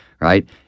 right